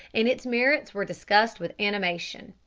and its merits were discussed with animation.